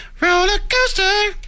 Rollercoaster